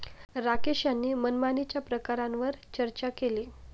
राकेश यांनी मनमानीच्या प्रकारांवर चर्चा केली